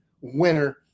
winner